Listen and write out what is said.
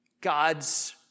God's